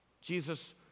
Jesus